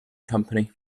company